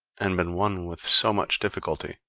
and been won with so much difficulty,